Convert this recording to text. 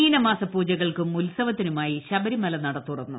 മീനമാസ പൂജകൾക്കും ഉത്സവത്തിനുമായി ശബരിമല നട തുറന്നു